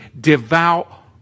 devout